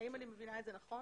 האם אני מבינה את זה נכון?